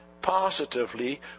positively